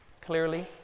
clearly